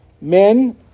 men